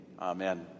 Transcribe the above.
Amen